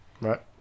Right